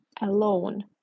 alone